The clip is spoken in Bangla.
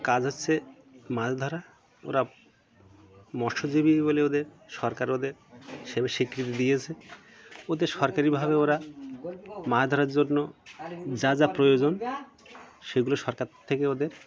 কাজ হচ্ছে মাছ ধরা ওরা মৎস্যজীবী বলে ওদের সরকার ওদের সে ভাবে স্বীকৃতি দিয়েছে ওদের সরকারি ভাবে ওরা মাছ ধরার জন্য যা যা প্রয়োজন সেগুলো সরকার থেকে ওদের